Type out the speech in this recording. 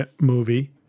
movie